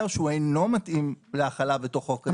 שהוא אינו מתאים להחלה בתוך חוק ההסדרים.